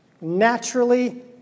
Naturally